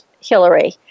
Hillary